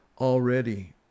already